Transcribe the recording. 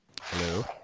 hello